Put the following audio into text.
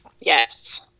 yes